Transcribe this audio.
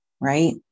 right